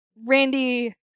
Randy